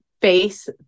face